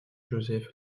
joseph